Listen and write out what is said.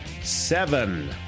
seven